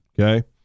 okay